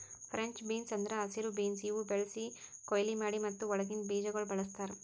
French beans ಅಂದುರ್ ಹಸಿರು beans ಇವು ಬೆಳಿಸಿ, ಕೊಯ್ಲಿ ಮಾಡಿ ಮತ್ತ ಒಳಗಿಂದ್ ಬೀಜಗೊಳ್ ಬಳ್ಸತಾರ್